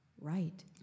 Right